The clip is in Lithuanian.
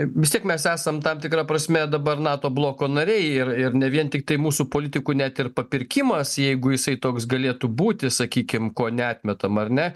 vis tiek mes esam tam tikra prasme dabar nato bloko nariai ir ir ne vien tiktai mūsų politikų net ir papirkimas jeigu jisai toks galėtų būti sakykim kone atmetama ar ne